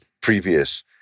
previous